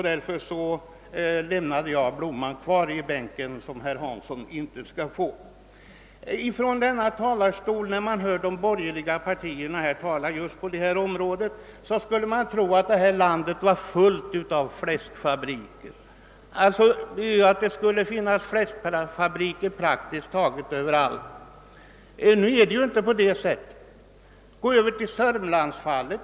Därför lämnade jag blomman kvar i bänken. När man hör de borgerliga partiernas representanter tala i detta ärende, skulle man kunna tro att det finns fläskfabriker praktiskt taget överallt i vårt land. Nu är det ju inte på det sättet. Vi kan se på sörmlandsfallet.